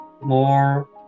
more